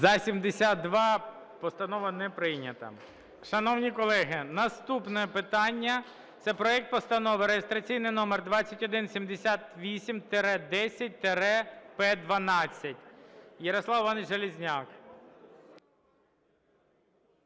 За-72 Постанова не прийнята. Шановні колеги, наступне питання – це проект Постанови реєстраційний номер 2178-10-П12 Ярослав Іванович Железняк.